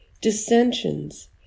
dissensions